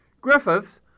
Griffiths